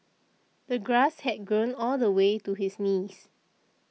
the grass had grown all the way to his knees